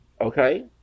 okay